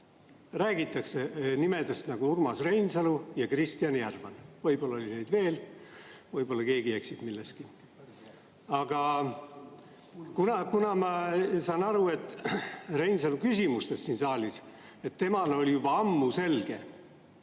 Räägitakse nimedest nagu Urmas Reinsalu ja Kristjan Järvan, võib-olla oli neid veel. Võib-olla keegi eksib milleski. Aga kuna ma saan Reinsalu küsimustest siin saalis aru, et temale oli juba ammu selge,